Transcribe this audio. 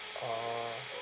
orh